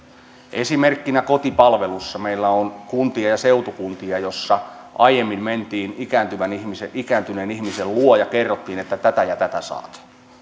esimerkkinä kotipalvelussa meillä on kuntia ja seutukuntia joissa aiemmin mentiin ikääntyneen ihmisen ikääntyneen ihmisen luo ja kerrottiin että tätä ja tätä saat